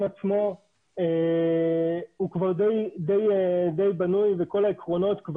עצמו הוא כבר די בנוי וכל העקרונות,